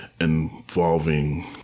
involving